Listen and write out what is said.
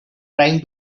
trying